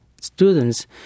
students